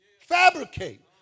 Fabricate